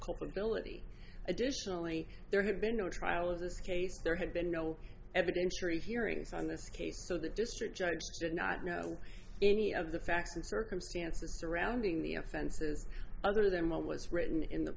culpability additionally there had been no trial of this case there had been no evidentiary hearings on this case so the district judge did not know any of the facts and circumstances surrounding the offenses other than what was written in the